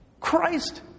Christ